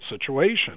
situation